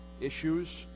issues